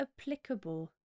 applicable